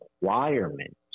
requirement